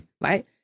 Right